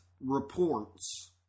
reports